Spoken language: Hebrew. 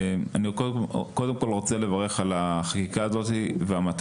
קודם כל אני רוצה לברך על החקיקה הזו והמטרה